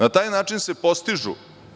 Na taj način se postižu